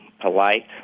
polite